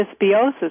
dysbiosis